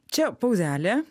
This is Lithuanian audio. čia pauzelė